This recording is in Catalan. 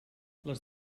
les